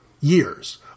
Years